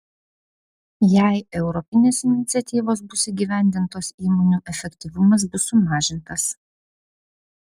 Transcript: jei europinės iniciatyvos bus įgyvendintos įmonių efektyvumas bus sumažintas